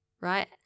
right